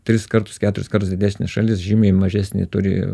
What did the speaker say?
tris kartus keturis kartus didesnė šalis žymiai mažesnį turi